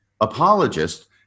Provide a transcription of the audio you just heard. apologist